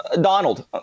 Donald